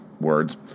words